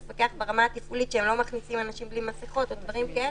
לפקח ברמה התפעולית שהם לא מכניסים אנשים בלי מסכות או דברים כאלה,